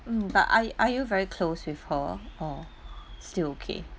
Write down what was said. mm but are are you very close with her uh still okay